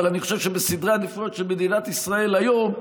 אבל אני חושב שבסדרי העדיפויות של מדינת ישראל היום,